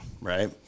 right